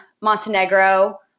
Montenegro